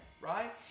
right